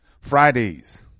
Fridays